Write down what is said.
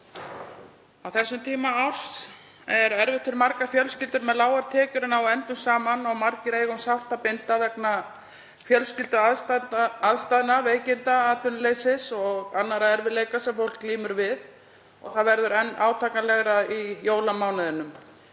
Á þessum tíma árs er erfitt fyrir margar fjölskyldur með lágar tekjur að ná endum saman og margir eiga um sárt að binda vegna fjölskylduaðstæðna, veikinda, atvinnuleysis og annarra erfiðleika sem fólk glímir við og það verður enn átakanlegra í jólamánuðinum